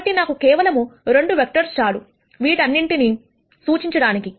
కాబట్టి నాకు కేవలము 2 వెక్టర్స్ చాలు వాటన్నింటినీ సూచించడానికి